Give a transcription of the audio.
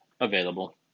available